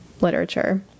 literature